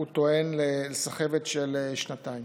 הוא טוען לסחבת של שנתיים.